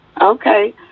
Okay